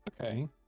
Okay